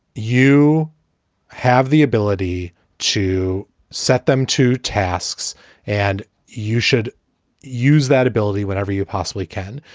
you have the ability to set them to tasks and you should use that ability whenever you possibly can.